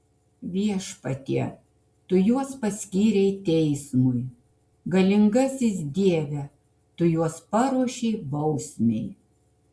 viešpatie tu juos paskyrei teismui galingasis dieve tu juos paruošei bausmei